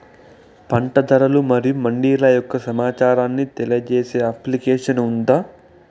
పంట ధరలు మరియు మండీల యొక్క సమాచారాన్ని తెలియజేసే అప్లికేషన్ ఉందా?